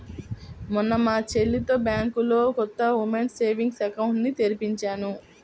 మొన్న మా చెల్లితో బ్యాంకులో కొత్త ఉమెన్స్ సేవింగ్స్ అకౌంట్ ని తెరిపించాను